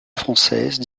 française